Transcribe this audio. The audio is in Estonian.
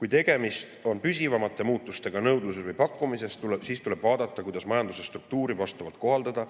Kui tegemist on püsivamate muutustega nõudluses või pakkumises, siis tuleb [mõelda], kuidas majanduse struktuuri vastavalt kohaldada,